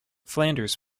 flanders